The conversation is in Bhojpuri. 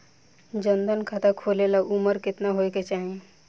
जन धन खाता खोले ला उमर केतना होए के चाही?